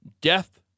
Death